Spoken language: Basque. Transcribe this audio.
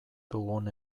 dugun